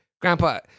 grandpa